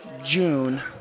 june